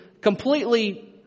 completely